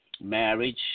marriage